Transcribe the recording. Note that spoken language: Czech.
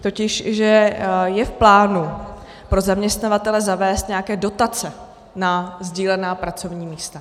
Totiž že je v plánu pro zaměstnavatele zavést nějaké dotace na sdílená pracovní místa.